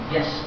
Yes